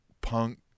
Punk